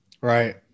right